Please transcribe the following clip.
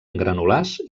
granulars